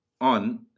on